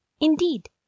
Indeed